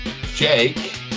Jake